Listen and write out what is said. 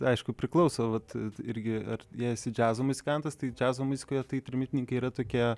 aišku priklauso vat irgi ar jei esi džiazo muzikantas tai džiazo muzikoje tai trimitininkai yra tokie